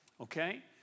okay